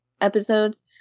episodes